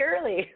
early